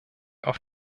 auf